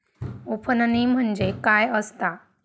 उफणणी म्हणजे काय असतां?